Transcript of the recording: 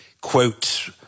quote